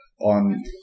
on